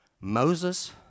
Moses